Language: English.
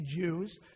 Jews